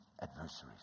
adversaries